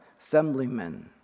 assemblymen